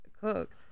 cooked